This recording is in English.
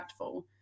impactful